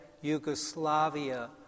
Yugoslavia